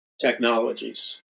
technologies